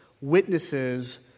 witnesses